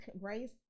Grace